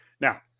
Now